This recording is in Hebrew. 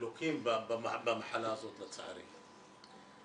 שלוקים במחלה הזאת לצערי.